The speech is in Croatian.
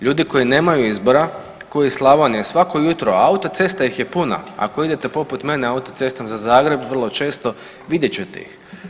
Ljudi koji nemaju izbora, koji iz Slavonije svako jutro, a autocesta ih je puna ako idete poput mene autocestom za Zagreb vrlo često, vidjet ćete ih.